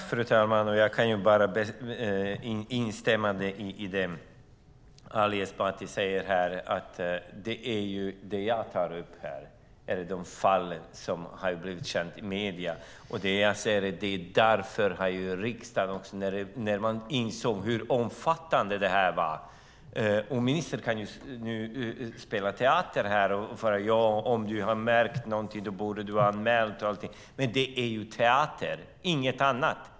Fru talman! Jag vill instämma i det som Ali Esbati säger. De fall jag tar upp är de som blivit kända i medierna när man insåg hur omfattande det hela var. Ministern kan nu spela teater och säga att om du har märkt någonting borde du ha anmält det, men det är bara teater, inget annat.